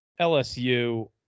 LSU